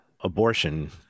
abortion